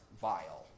vile